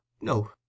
no